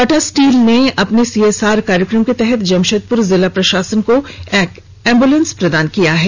Tata steel ने अपने CSR कार्यक्रम के तहत जमशेदपुर जिला प्रशासन को एक एम्बुलेंस प्रदान किया है